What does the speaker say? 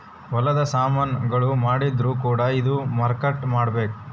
ಹೊಲದ ಸಾಮನ್ ಗಳು ಮಾಡಿದ್ರು ಕೂಡ ಇದಾ ಮಟ್ಟಕ್ ಮಾಡ್ಬೇಕು